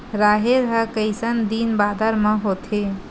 राहेर ह कइसन दिन बादर म होथे?